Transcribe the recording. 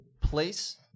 place